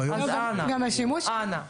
אז אנא מכם.